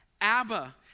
Abba